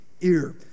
ear